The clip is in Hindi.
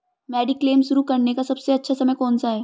मेडिक्लेम शुरू करने का सबसे अच्छा समय कौनसा है?